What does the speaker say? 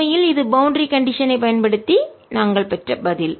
உண்மையில் இது boundary condition எல்லை நிலைகள் ஐ பயன்படுத்தி நாங்கள் பெற்ற பதில்